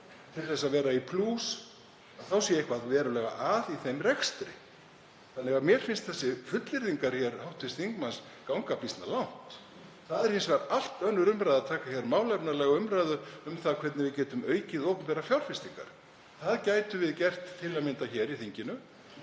til þess að vera í plús þá sé eitthvað verulega að í þeim rekstri. Mér finnst þessar fullyrðingar hv. þingmanns ganga býsna langt. Það er hins vegar allt önnur umræða að taka hér málefnalega umræðu um það hvernig við getum aukið opinberar fjárfestingar. Það gætum við gert í þinginu.